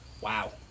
Wow